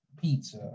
pizza